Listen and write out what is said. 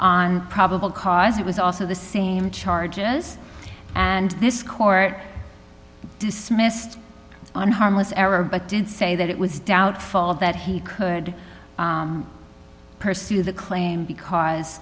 on probable cause it was also the same charges and this court dismissed on harmless error but did say that it was doubtful that he could pursue the claim because